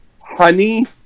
honey